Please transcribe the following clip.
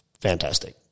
Fantastic